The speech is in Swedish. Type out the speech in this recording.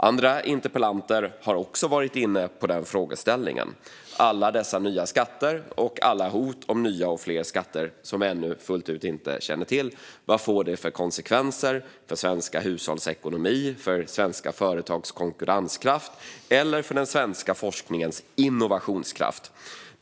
Andra interpellanter har också varit inne på det, alltså vad alla nya skatter och alla hot om nya skatter som vi ännu inte fullt ut känner till får för konsekvenser för svenska hushålls ekonomi, för svenska företags konkurrenskraft och för den svenska forskningens innovationskraft.